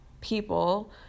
people